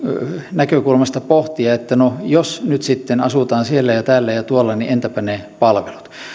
näkökulmasta pohtia että jos nyt sitten asutaan siellä ja täällä ja tuolla niin entäpä ne palvelut